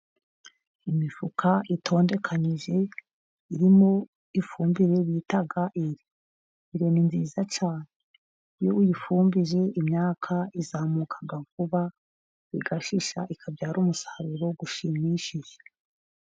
Imifuka itondekanyije irimo ifumbire bita Ire, Ire ni nziza cyane iyo uyifumbije imyaka izamuka vuba, igashisha ikabyara umusaruro ushimishije.